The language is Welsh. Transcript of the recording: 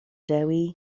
dewi